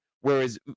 Whereas